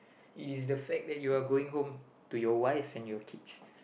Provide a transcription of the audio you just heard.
it is the fact that you are going home to your wife and your kids